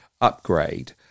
upgrade